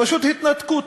פשוט התנתקות.